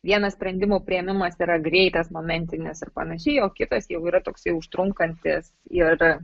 vienas sprendimo priėmimas yra greitas momentinis ir panašiai o kitas jau yra toksai užtrunkantis ir